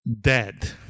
dead